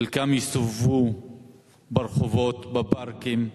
חלקם יסתובבו ברחובות, בפארקים,